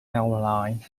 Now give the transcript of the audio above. airline